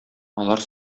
алар